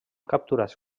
capturats